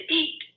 eat